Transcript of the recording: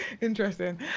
Interesting